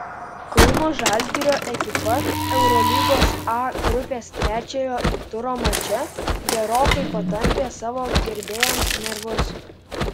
kauno žalgirio ekipa eurolygos a grupės trečiojo turo mače gerokai patampė savo gerbėjams nervus